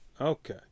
Okay